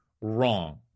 wrong